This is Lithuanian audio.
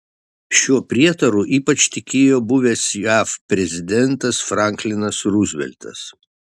šiuo prietaru ypač tikėjo buvęs jav prezidentas franklinas ruzveltas